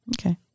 okay